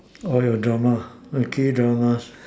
your drama the K Dramas